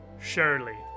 surely